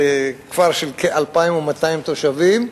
זה כפר של כ-2,200 תושבים,